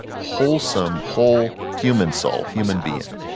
wholesome, whole, human soul, human being.